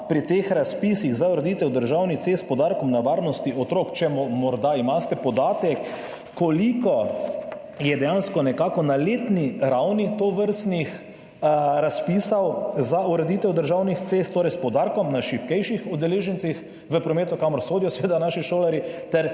pri teh razpisih za ureditev državnih cest s poudarkom na varnosti otrok: Ali morda imate podatek, koliko je dejansko na letni ravni tovrstnih razpisov za ureditev državnih cest s poudarkom na šibkejših udeležencih v prometu, kamor sodijo seveda naši šolarji